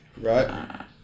Right